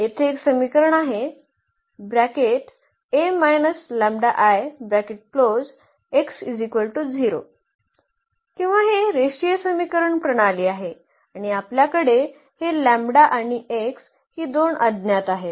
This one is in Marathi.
येथे एक समीकरण आहे किंवा हे रेषीय समीकरण प्रणाली आहे आणि आपल्याकडे हे आणि x ही दोन अज्ञात आहेत